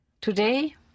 Today